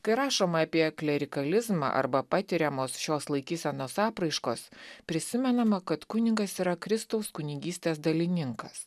kai rašoma apie klerikalizmą arba patiriamos šios laikysenos apraiškos prisimenama kad kunigas yra kristaus kunigystės dalininkas